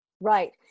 Right